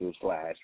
slash